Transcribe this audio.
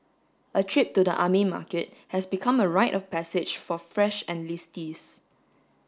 a trip to the army market has become a rite of passage for fresh enlistees